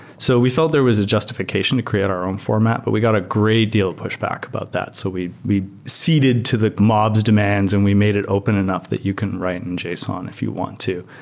so felt there was a justification to create our own format, but we got a great deal of pushback about that. so we we ceded to the mobs demands and we made it open enough that you can write in json if you want to.